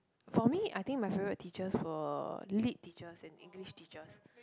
for me I think my favourite teachers were Lit teachers and English teachers